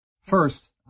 First